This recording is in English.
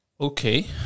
Okay